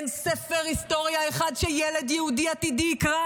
אין ספר היסטוריה אחד שילד יהודי עתידי יקרא